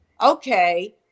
Okay